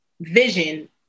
vision